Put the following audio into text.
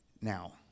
Now